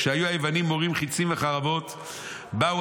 וכשהיו היוונים מורים חצים וחרבות באו